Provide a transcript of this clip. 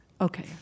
Okay